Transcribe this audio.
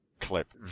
clip